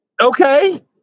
okay